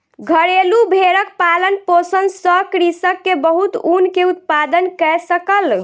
घरेलु भेड़क पालन पोषण सॅ कृषक के बहुत ऊन के उत्पादन कय सकल